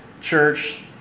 church